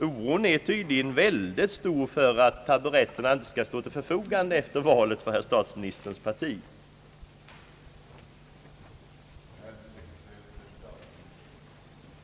Oron är tydligen oerhört stor för att taburetterna inte skall stå till förfogande för herr statsministerns parti efter valet!